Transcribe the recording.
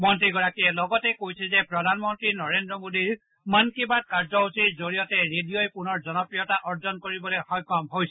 মন্ত্ৰীগৰাকীয়ে লগতে কয় যে প্ৰধানমন্ত্ৰী নৰেন্দ্ৰ মোডীৰ মন কী বাট কাৰ্যসূচীৰ জৰিয়তে ৰেডিঅ'ই পুনৰ জনপ্ৰিয়তা অৰ্জন কৰিবলৈ সক্ষম হৈছে